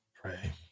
pray